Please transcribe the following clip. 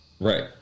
Right